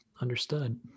Understood